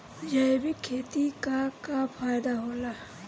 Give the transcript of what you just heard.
जैविक खेती क का फायदा होला?